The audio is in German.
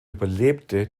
überlebte